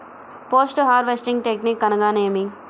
Post harvesting technique అనగా నేమి?